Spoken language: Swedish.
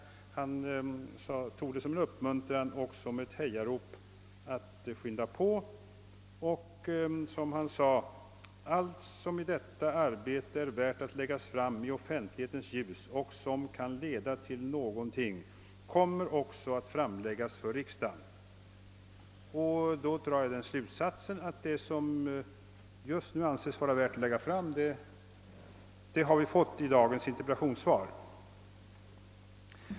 I stället tog han det som en uppmuntran och som ett hejarop att skynda på. »Allt som i detta arbete är värt att läggas fram i offentlighetens ljus och som kan leda till någonting kommer också att framläggas för riksdagen», sade han. Jag drar därför den slutsatsen att det som nu anses vara värt att läggas fram har redovisats i dagens interpellationssvar.